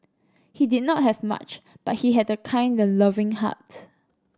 he did not have much but he had a kind and loving heart